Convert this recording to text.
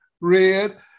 Red